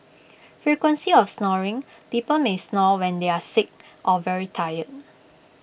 frequency of snoring people may snore when they are sick or very tired